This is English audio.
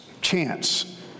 chance